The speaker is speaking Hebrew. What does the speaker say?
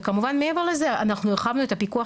וכמובן מעבר לזה אנחנו הרחבנו את הפיקוח